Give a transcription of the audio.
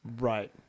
Right